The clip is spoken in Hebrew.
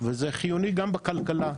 וזה חיוני גם בכלכלה.